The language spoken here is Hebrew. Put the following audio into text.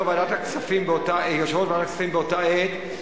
יושב-ראש ועדת הכספים באותה עת,